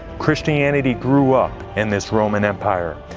christianity grew up in this roman empire.